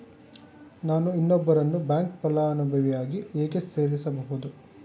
ನಾನು ಇನ್ನೊಬ್ಬರನ್ನು ಬ್ಯಾಂಕ್ ಫಲಾನುಭವಿಯನ್ನಾಗಿ ಹೇಗೆ ಸೇರಿಸಬಹುದು?